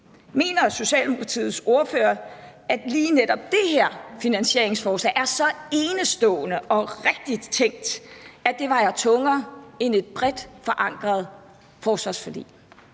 Mener Socialdemokratiets ordfører, at lige netop det her finansieringsforslag er så enestående og rigtigt tænkt, at det vejer tungere end et bredt forankret forsvarsforlig?